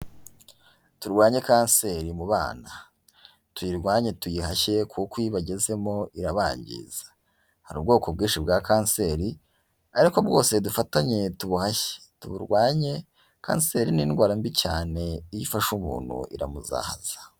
Turwanye kanseri mu bana, tuyirwanye tuyihashye kuko iyo ibagezemo irabangiza, hari ubwoko bwinshi bwa kanseri ariko bwose dufatanye tubuhashye, tuburwanye kanseri ni indwara mbi cyane iyo ifashe umuntu iramuzahaza.